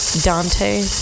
Dante